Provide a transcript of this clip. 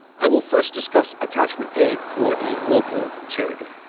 i will first discuss attachment a for a local charity.